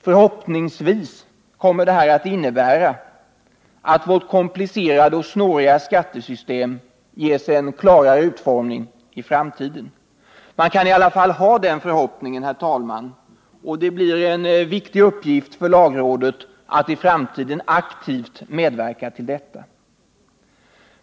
Förhoppningsvis kommer detta att innebära att vårt komplicerade och snåriga skattesystem ges en klarare utformning i framtiden. Man kan i alla fall ha den förhoppningen, herr talman, och det-blir en viktig uppgift för lagrådet att i framtiden medverka till detta.